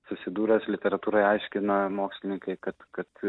susidūręs literatūroj aiškina mokslininkai kad kad